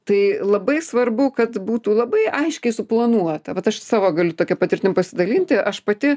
tai labai svarbu kad būtų labai aiškiai suplanuota vat aš savo galiu tokia patirtim pasidalinti aš pati